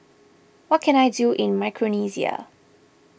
what can I do in Micronesia